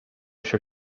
się